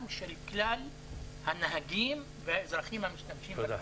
של כלל הנהגים והאזרחים המשתמשים בכביש.